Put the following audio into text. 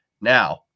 Now